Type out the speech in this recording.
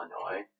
Illinois